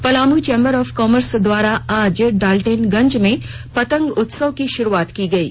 Palamu chamber of commerce द्वारा आज डालटनगंज में पतंग उत्सव की शुरूआत की गयी